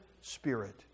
spirit